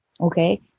Okay